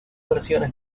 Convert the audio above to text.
versiones